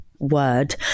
word